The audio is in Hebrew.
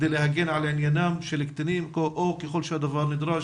כדי להגן על עניינם של קטינים ככל שהדבר נדרש,